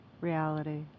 reality